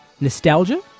nostalgia